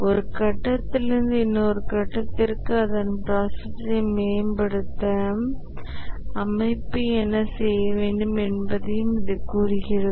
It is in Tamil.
ஒரு கட்டத்தில் இருந்து இன்னொரு கட்டத்திற்கு அதன் ப்ராசஸ்ஸை மேம்படுத்த அமைப்பு என்ன செய்ய வேண்டும் என்பதையும் இது கூறுகிறது